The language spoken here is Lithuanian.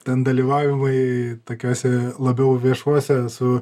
ten dalyvavimai tokiose labiau viešuose su